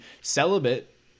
celibate